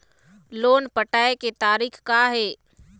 Loan पटाए के तारीख़ का हे?